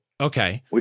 Okay